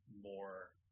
more